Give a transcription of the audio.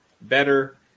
better